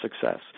success